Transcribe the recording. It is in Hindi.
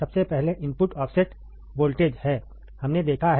सबसे पहले इनपुट ऑफसेट वोल्टेज है हमने देखा है